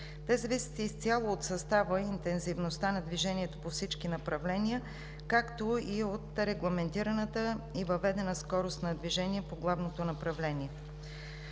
Те зависят изцяло от състава и интензивността на движението по всички направления, както и от регламентираната и въведена скорост на движение по главното направление.